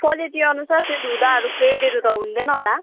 क्लालिटीअनुसार त्यो धुँदाहरू फेडहरू त हुँदैन होला